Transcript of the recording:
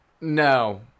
No